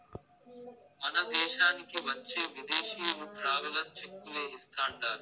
మన దేశానికి వచ్చే విదేశీయులు ట్రావెలర్ చెక్కులే ఇస్తాండారు